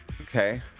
Okay